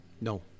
No